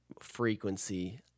frequency